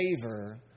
favor